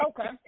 Okay